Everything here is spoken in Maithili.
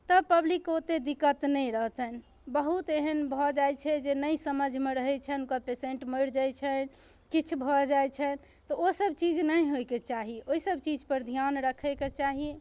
तऽ पब्लिकके ओतेक दिक्कत नहि रहतनि बहुत एहन भऽ जाइत छै जे नहि समझमे रहै छनि हुनकर पेसेंट मरि जाइत छनि किछु भऽ जाइत छनि तऽ ओसभ चीज नहि होयके चाही ओहिसभ चीजपर ध्यान रखैके चाही